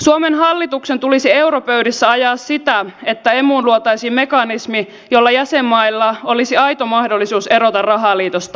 suomen hallituksen tulisi europöydissä ajaa sitä että emuun luotaisiin mekanismi jolla jäsenmailla olisi aito mahdollisuus erota rahaliitosta